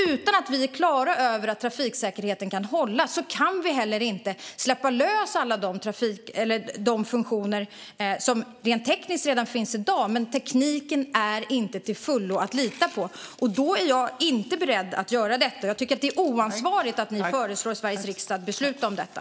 Utan att vara klara över att trafiksäkerheten kan hållas kan vi inte släppa lös alla de funktioner som rent tekniskt redan finns. Tekniken är inte till fullo att lita på, och då är jag inte beredd att göra det. Jag tycker att det är oansvarigt av er att föreslå riksdagen att besluta om detta.